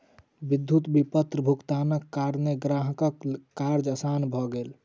विद्युत विपत्र भुगतानक कारणेँ ग्राहकक कार्य आसान भ गेल